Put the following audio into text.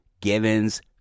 Givens